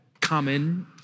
common